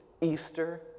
Easter